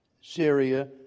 Syria